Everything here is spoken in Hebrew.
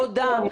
תודה.